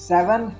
Seven